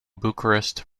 bucharest